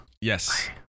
Yes